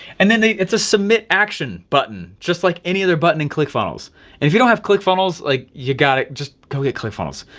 and then they it's a submit action button, just like any other button in clickfunnels. and if you don't have clickfunnels, like you got it just go get clickfunnels.